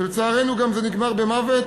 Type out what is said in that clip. ולצערנו זה גם נגמר במוות